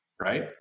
right